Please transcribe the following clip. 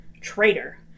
Traitor